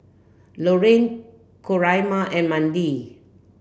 Lorraine Coraima and Mandie